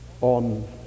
on